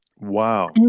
Wow